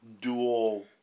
dual